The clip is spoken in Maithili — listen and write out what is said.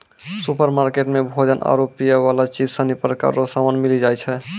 सुपरमार्केट मे भोजन आरु पीयवला चीज सनी प्रकार रो समान मिली जाय छै